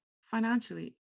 financially